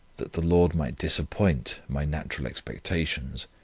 that the lord might disappoint my natural expectations,